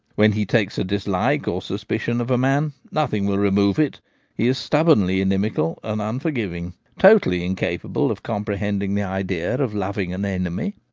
when he takes a dislike or suspi cion of a man, nothing will remove it he is stubbornly inimical and unforgiving, totally incapable of compre hending the idea of loving an enemy.